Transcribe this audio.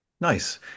Nice